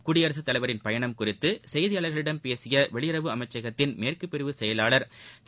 குடியரசுத் தலைவரின் பயணம் குறித்துசெய்தியாளர்களிடம் பேசியவெளியுறவு அமைச்சகத்தின் மேற்குபிரிவு செயவாளர் திரு